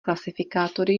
klasifikátory